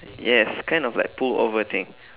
yes kind of like pull over thing